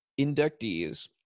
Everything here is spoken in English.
inductees